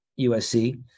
USC